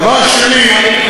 דבר שני,